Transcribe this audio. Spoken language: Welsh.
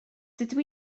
dydw